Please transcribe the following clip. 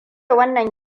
wannan